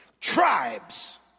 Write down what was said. tribes